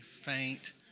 faint